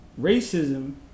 racism